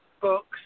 books